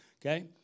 Okay